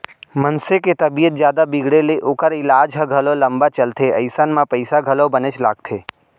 मनसे के तबीयत जादा बिगड़े ले ओकर ईलाज ह घलौ लंबा चलथे अइसन म पइसा घलौ बनेच लागथे